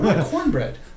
Cornbread